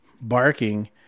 barking